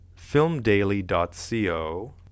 filmdaily.co